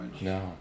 No